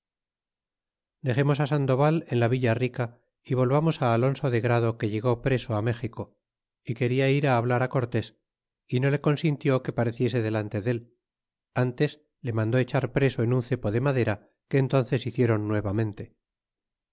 dexemos sandoval en la villa rica y volvamos alonso de grado que llegó preso méxico y quena ir hablar cortés y no le consintió que pareciese delante del ntes le mandó echar preso en un cepo de madera que entnces hiciéron nuevamente